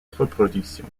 reproduction